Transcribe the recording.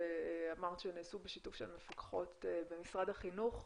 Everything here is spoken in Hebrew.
שאמרת שנעשו בשיתוף של מפקחות במשרד החינוך,